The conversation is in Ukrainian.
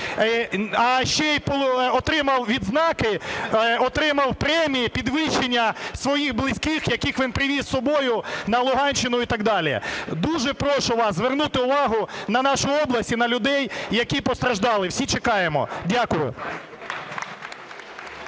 а ще й отримав відзнаки, отримав премії, підвищення своїх близьких, яких він привіз з собою на Луганщину, і так далі. Дуже прошу вас звернути увагу на нашу область і на людей, які постраждали. Всі чекаємо. Дякую.